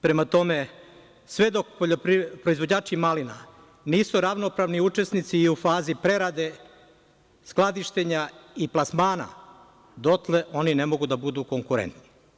Prema tome, sve dok proizvođači malina nisu ravnopravni učesnici u fazi prerade, skladištenja i plasmana, dotle oni ne mogu da budu konkurentni.